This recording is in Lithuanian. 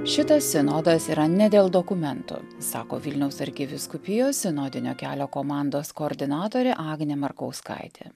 šitas sinodas yra ne dėl dokumentų sako vilniaus arkivyskupijos sinodinio kelio komandos koordinatorė agnė markauskaitė